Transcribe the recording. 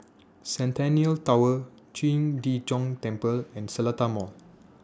Centennial Tower Qing De Gong Temple and The Seletar Mall